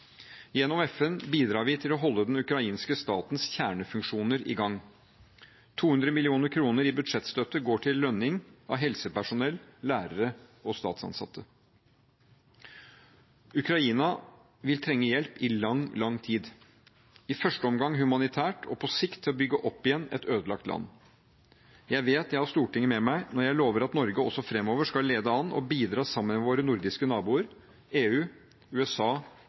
Gjennom FN bidrar vi til å holde den ukrainske statens kjernefunksjoner i gang. 200 mill. kr i budsjettstøtte går til lønning av helsepersonell, lærere og statsansatte. Ukraina vil trenge hjelp i lang, lang tid – i første omgang humanitært og på sikt til å bygge opp igjen et ødelagt land. Jeg vet jeg har Stortinget med meg når jeg lover at Norge også framover skal lede an og bidra sammen med våre nordiske naboer, EU, USA